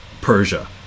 persia